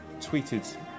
tweeted